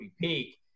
Peak